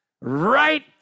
Right